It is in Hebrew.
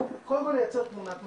קודם כל, לייצר תמונת מצב,